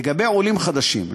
לגבי עולים חדשים,